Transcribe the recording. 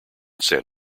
san